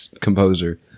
composer